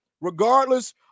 regardless